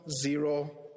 zero